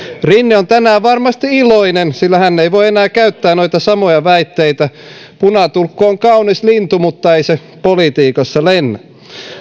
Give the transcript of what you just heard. rinne on tänään varmasti iloinen sillä hän ei voi enää käyttää noita samoja väitteitä punatulkku on kaunis lintu mutta ei se politiikassa lennä